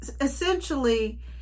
essentially